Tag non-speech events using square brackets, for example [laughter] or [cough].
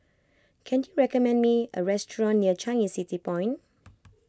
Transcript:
can you recommend me a restaurant near Changi City Point [noise]